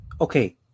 Okay